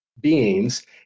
beings